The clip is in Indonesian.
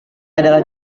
adalah